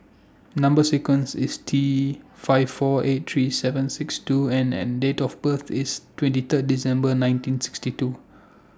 Number sequence IS T five four eight three seven six two N and Date of birth IS twenty Third December nineteen sixty two